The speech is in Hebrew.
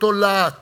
באותו להט